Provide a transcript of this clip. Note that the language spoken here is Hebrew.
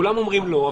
-- -כולם אומרים לא,